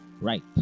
right